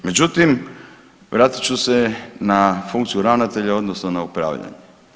Međutim, vratit ću se na funkciju ravnatelja odnosno na upravljanje.